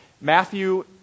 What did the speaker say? Matthew